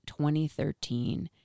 2013